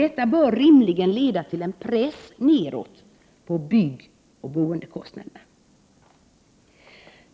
Detta bör rimligen leda till en press nedåt på byggoch boendekostnaderna.